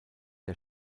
der